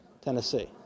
Tennessee